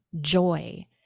joy